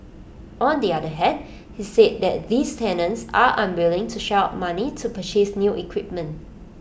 on the other hand he said that these tenants are unwilling to shell out money to purchase new equipment